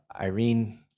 Irene